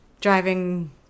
driving